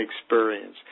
experience